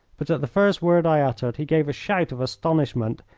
but at the first word i uttered he gave a shout of astonishment,